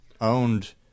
owned